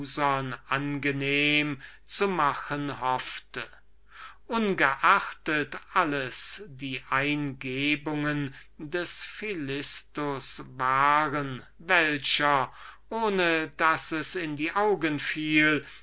angenehm zu machen hoffte ungeachtet alles die eingebungen des philistus waren der ohne daß es in die augen